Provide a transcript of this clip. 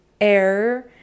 Air